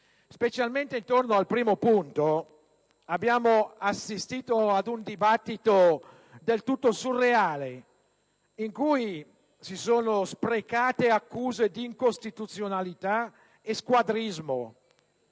Specialmente intorno al primo punto abbiamo assistito ad un dibattito del tutto surreale, in cui si sono sprecate accuse di incostituzionalità e squadrismo.